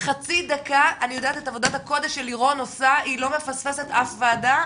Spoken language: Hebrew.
חצי דקה אני יודעת את עבודת הקודש שלירון עושה היא לא מפספסת אף ועדה,